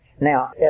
Now